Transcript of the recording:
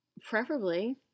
Preferably